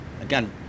again